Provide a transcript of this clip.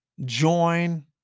join